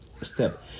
step